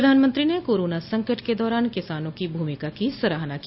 प्रधानमंत्री ने कोराना संकट के दौरान किसानों की भूमिका की सराहना की